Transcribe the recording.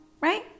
right